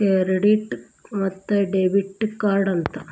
credit ಮತ್ತ debit card ಅಂತ